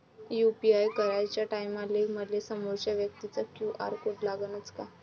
UPI कराच्या टायमाले मले समोरच्या व्यक्तीचा क्यू.आर कोड लागनच का?